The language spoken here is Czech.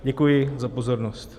Děkuji za pozornost.